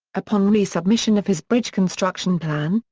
upon re-submission of his bridge construction plan,